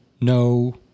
no